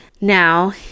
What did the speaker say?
now